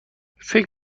فکر